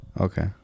Okay